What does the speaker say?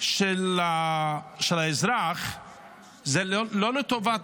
של האזרח הוא לא לטובת